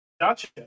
Gotcha